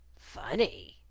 Funny